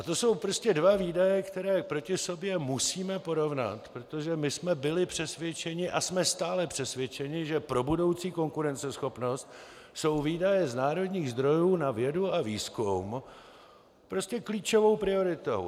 To jsou dva výdaje, které proti sobě musíme porovnat, protože my jsme byli přesvědčeni a jsme stále přesvědčeni, že pro budoucí konkurenceschopnost jsou výdaje z národních zdrojů na vědu a výzkum klíčovou prioritou.